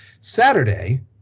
Saturday